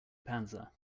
panza